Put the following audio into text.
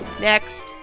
Next